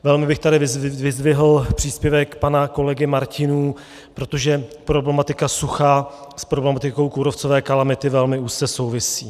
Velmi bych tady vyzdvihl příspěvek pana kolegy Martinů, protože problematika sucha s problematikou kůrovcové kalamity velmi úzce souvisí.